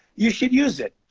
you should use it.